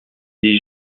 les